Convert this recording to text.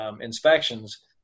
inspections